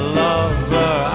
lover